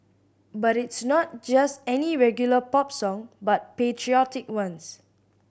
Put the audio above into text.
but it's not just any regular pop song but patriotic ones